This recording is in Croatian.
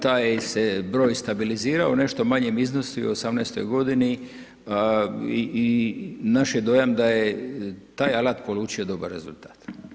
Taj se broj stabilizirao u nešto manjem iznosu i u '18. godini i naš je dojam da je taj alat polučio dobar rezultat.